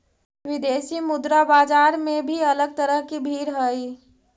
विदेशी मुद्रा बाजार में भी अलग तरह की भीड़ हई